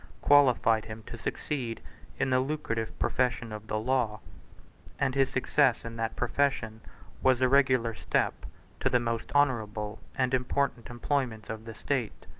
qualified him to succeed in the lucrative profession of the law and his success in that profession was a regular step to the most honorable and important employments of the state.